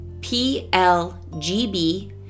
P-L-G-B